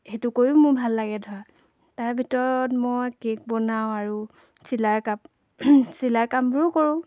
সেইটো কৰিও মোৰ ভাল লাগে ধৰা তাৰ ভিতৰত মই কেক বনাওঁ আৰু চিলাই কাম চিলাই কামবোৰো কৰোঁ